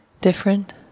different